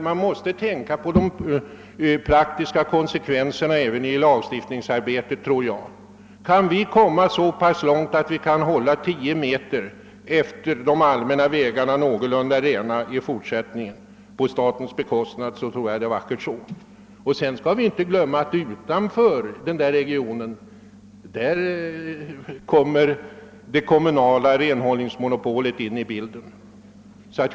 Vi måste även tänka på de praktiska konsekvenserna i lagstiftningsarbetet. Om vi kan komma så långt att ett område av 10 meters bredd längs vägarna skall hållas rent på statens bekostnad, tycker jag att vi har nått ett vackert resultat. Man skall inte heller glömma att det kommunala renhållningsmonopolet gäller utanför det aktuella området.